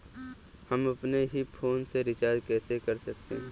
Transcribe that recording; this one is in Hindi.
हम अपने ही फोन से रिचार्ज कैसे कर सकते हैं?